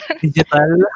Digital